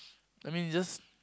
I mean just